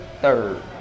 third